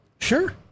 Sure